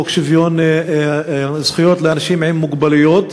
חוק שוויון זכויות לאנשים עם מוגבלות,